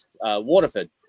Waterford